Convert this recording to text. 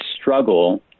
struggle